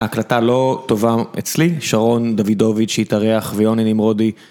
הקלטה לא טובה אצלי, שרון דבידוביץ' שהתארח ויוני נמרודי